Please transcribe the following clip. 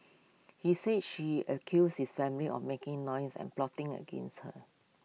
he said she accused his family or making noise and plotting against her